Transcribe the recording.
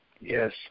Yes